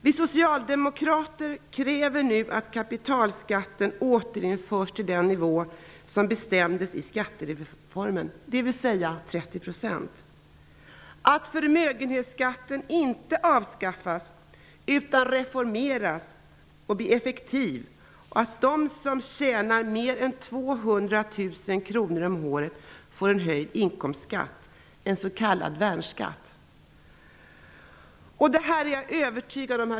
Vi socialdemokrater kräver nu att kapitalinkomstskatten återförs till den nivå som bestämdes vid skattereformen, dvs. 30 %. Vi kräver att förmögenhetsskatten inte avskaffas utan reformeras och effektiviseras och att de som tjänar mer än 200 000 kr om året får en höjd inkomstskatt, en s.k. värnskatt.